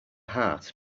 heart